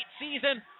Season